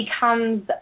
becomes